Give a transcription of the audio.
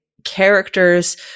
Characters